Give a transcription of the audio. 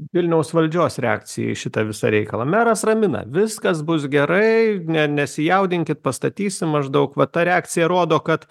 vilniaus valdžios reakcija į šitą visą reikalą meras ramina viskas bus gerai ne nesijaudinkit pastatysim maždaug va ta reakcija rodo kad